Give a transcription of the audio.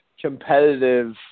competitive